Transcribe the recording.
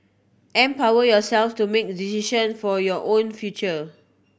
empower yourself to make decisions for your own future